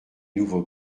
nouveaux